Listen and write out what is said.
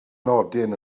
nodyn